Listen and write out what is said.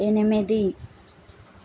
ఎనిమిది